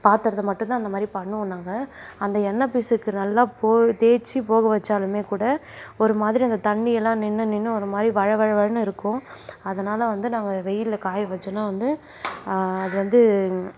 பாத்திரத்த மட்டும்தான் அந்த மாதிரி பண்ணுவோம் நாங்கள் அந்த எண்ணெய் பிசுக்கு நல்லா போக தேய்ச்சி போக வைச்சாலுமே கூட ஒரு மாதிரி அந்த தண்ணி எல்லாம் நின்று நின்று ஒரு மாதிரி வழவழவழளன்னு இருக்கும் அதனால் வந்து நாங்கள் வெயிலில் காய வைச்சோனா வந்து அது வந்து